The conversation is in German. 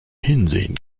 hinsehen